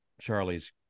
charlie's